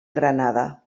granada